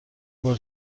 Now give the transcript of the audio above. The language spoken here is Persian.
بار